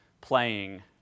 playing